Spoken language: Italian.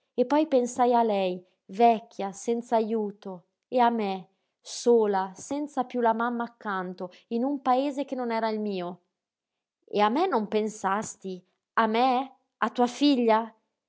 e poi pensai a lei vecchia senz'ajuto e a me sola senza piú la mamma accanto in un paese che non era il mio e a me non pensasti a me a tua figlia